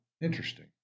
Interesting